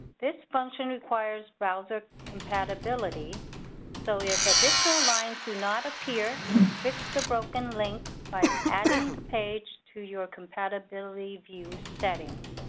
this function requires browser compatibility so if additional lines do not appear fix the broken link by adding the page to your compatibility view settings.